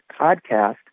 podcast